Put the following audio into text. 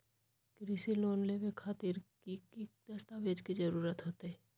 कृषि लोन लेबे खातिर की की दस्तावेज के जरूरत होतई?